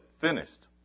Finished